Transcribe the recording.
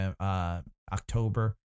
October